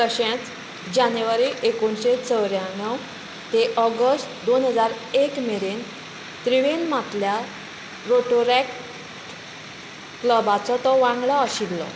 तशेंच जानेवारी एकुणशे चौऱ्यांण्णव ते ऑगस्ट दोन हजार एक मेरेन त्रिवेंदमातल्या रोटोरॅक्ट क्लबाचो तो वांगडी आशिल्लो